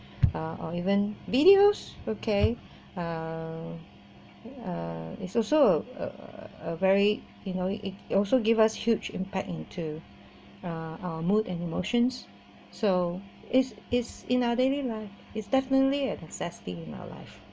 or or even videos okay uh uh is also a a a very you know it also give us huge impact into uh our mood and emotions so is is in our daily life it's definitely a necessity in our life